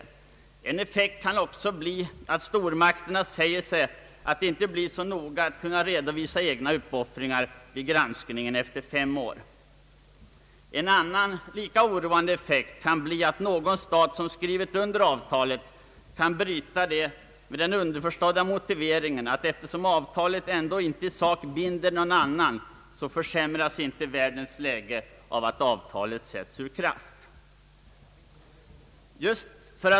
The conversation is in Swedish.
En annan effekt kan bli att stormakterna säger sig att det inte blir så noga att kunna redovisa egna uppoffringar vid granskningen efter fem år. En annan lika oroande effekt kan bli att någon stat, som skrivit under avtalet, kan bryta det med den underförstådda motiveringen att eftersom avtalet inte i sak binder andra, så försämras inte världens läge av om avtalet sätts ur kraft.